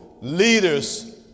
leaders